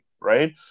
right